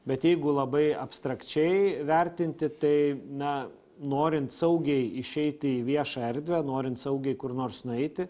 bet jeigu labai abstrakčiai vertinti tai na norint saugiai išeiti į viešą erdvę norint saugiai kur nors nueiti